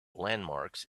landmarks